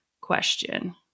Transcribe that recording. question